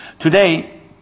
Today